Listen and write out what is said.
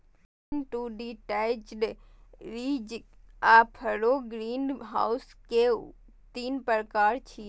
lean to detached, ridge आ furrow greenhouse के तीन प्रकार छियै